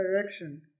direction